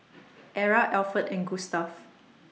Era Alferd and Gustave